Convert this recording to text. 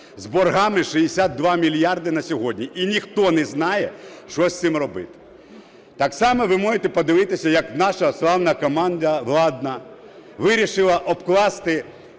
з боргами 62 мільярди на сьогодні, і ніхто не знає, що з цим робити. Так само ви можете подивитися, як наша славна команда владна вирішили обкласти